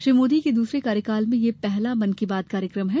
श्री मोदी के दूसरे कार्यकाल में यह पहला मन की बात कार्यक्रम है